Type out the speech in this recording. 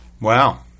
Wow